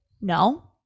No